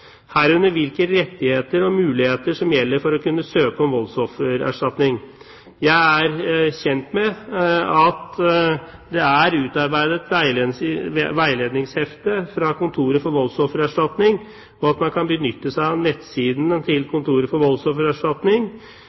herunder hvilke rettigheter og muligheter som gjelder for å kunne søke om voldsoffererstatning. Jeg er kjent med at det er utarbeidet et veiledningshefte fra Kontoret for voldsoffererstatning, og at man kan benytte seg av nettsiden til Kontoret for voldsoffererstatning